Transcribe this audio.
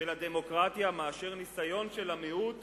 יותר של הדמוקרטיה מאשר ניסיון של המיעוט